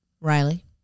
Riley